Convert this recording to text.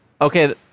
Okay